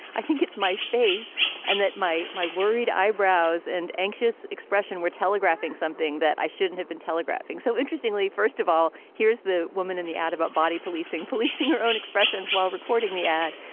i think it's my face and that my my worried eyebrows and anxious expression were telegraphing something that i shouldn't have been telegraphing. so interestingly, first of all, here's the woman in the ad about body policing, policing her own expressions while recording the ad.